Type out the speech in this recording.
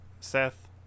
Seth